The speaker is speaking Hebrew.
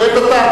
לעת עתה,